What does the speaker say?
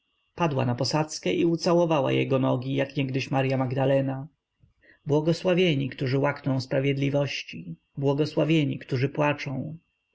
padła na posadzkę i ucałowała jego nogi jak niegdyś marya magdalena błogosławieni którzy łakną sprawiedliwości błogosławieni którzy płaczą